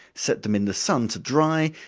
set them in the sun to dry,